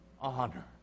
honor